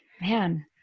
man